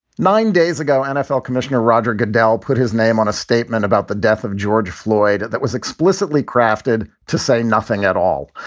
nine days ago, nfl commissioner roger goodell put his name on a statement about the death of george floyd that was explicitly crafted to say nothing at all.